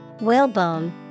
Whalebone